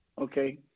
Okay